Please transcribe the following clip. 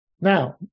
Now